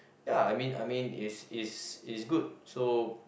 ya I mean I mean is is is good so